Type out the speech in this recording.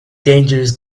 dangerous